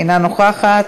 אינה נוכחת,